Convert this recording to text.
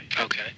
Okay